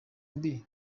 mbi